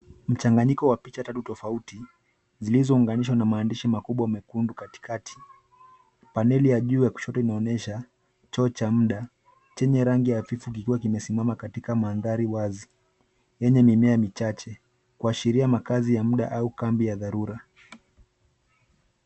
Mchanganyiko wa picha tatu tofauti, zilizounganishwa na maandishi makubwa mekundu katikati. Paneli ya juu ya kushoto inaonyesha choo cha muda, chenye rangi hafifu kikiwa kimesimama katika mandhari wazi, yenye mimea michache, kuashiria makaazi ya muda au kambi ya dharura.